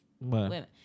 women